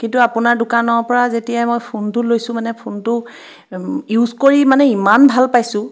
কিন্তু আপোনাৰ দোকানৰ পৰা যেতিয়াই মই ফোনটো লৈছোঁ মানে ফোনটো ইউজ কৰি মানে ইমান ভাল পাইছোঁ